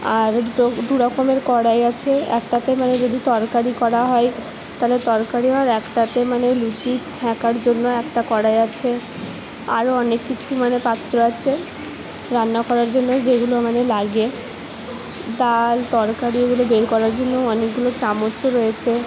আর তো দু রকমের কড়াই আছে একটাতে মানে যদি তরকারি করা হয় তাহলে তরকারি হয় একটাতে মানে লুচি ছ্যাঁকার জন্য একটা কড়াই আছে আরও অনেক কিছু মানে পাত্র আছে রান্না করার জন্যে যেগুলো মানে লাগে ডাল তরকারি এগুলো বের করার জন্যও অনেকগুলো চামচ রয়েছে